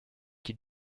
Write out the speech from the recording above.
qui